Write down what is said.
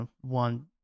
one